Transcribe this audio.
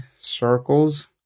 circles